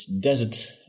desert